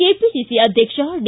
KPCC ಅಧ್ಯಕ್ಷ D